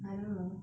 I don't know